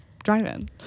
drive-in